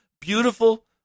beautiful